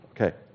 Okay